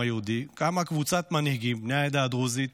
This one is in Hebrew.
היהודי קמה קבוצת מנהיגים בני העדה הדרוזית